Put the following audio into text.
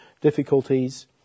difficulties